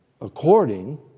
according